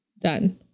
Done